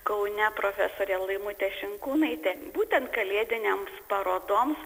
kaune profesorė laimutė šinkūnaitė būtent kalėdinėms parodoms